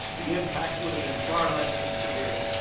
the impacts would have been far less and severe.